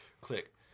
Click